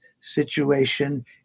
situation